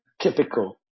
typical